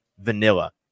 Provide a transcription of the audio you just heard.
vanilla